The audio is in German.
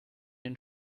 den